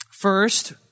First